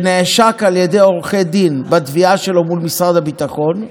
שנעשק על ידי עורכי דין בתביעה שלו מול משרד הביטחון,